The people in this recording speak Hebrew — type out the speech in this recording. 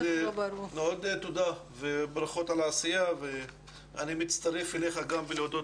תודה וברכות על העשייה ואני מצטרף אליך גם בלהודות